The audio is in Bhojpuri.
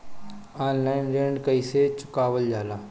ऑनलाइन ऋण कईसे चुकावल जाला?